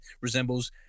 resembles